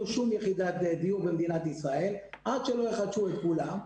שום יחידת דיור במדינת ישראל עד שלא יחדשו את כולם,